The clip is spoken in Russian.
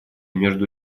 между